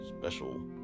special